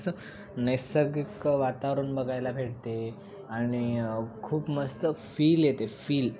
असं नैसर्गिक वातावरण बघायला भेटते आणि खूप मस्त फील येते फील